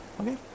Okay